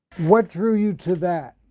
what drew you to that?